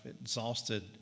exhausted